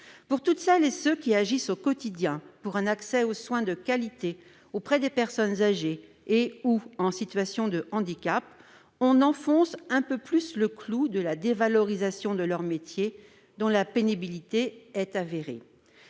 Pour toutes celles et tous ceux qui agissent au quotidien pour un accès aux soins de qualité auprès des personnes âgées et/ou en situation de handicap, on enfonce un peu plus le clou de la dévalorisation de leur métier, dont la pénibilité est avérée.